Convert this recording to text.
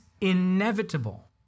inevitable